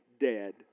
dead